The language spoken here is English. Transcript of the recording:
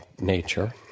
nature